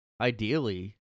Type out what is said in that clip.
Ideally